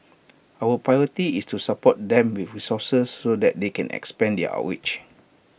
our priority is to support them with resources so that they can expand their outreach